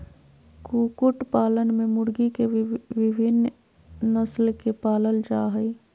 कुकुट पालन में मुर्गी के विविन्न नस्ल के पालल जा हई